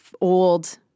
old